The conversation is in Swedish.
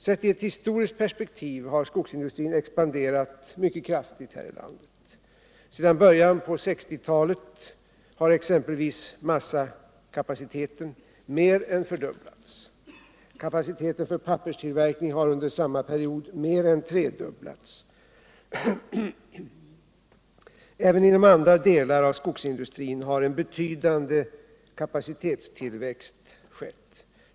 Sett i ett historiskt perspektiv har skogsindustrin expanderat mycket kraftigt här i landet. Sedan början på 1960-talet har exempelvis massakapaciteten mer än fördubblats. Kapaciteten för papperstillverkning har under samma period mer än tredubblats. Även inom andra delar av skogsindustrin har en betydande kapacitetstillväxt skett.